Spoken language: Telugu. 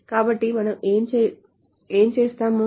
కాబట్టి మనము ఏమి చేస్తాము